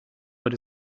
but